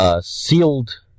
sealed